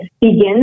begins